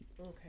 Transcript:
Okay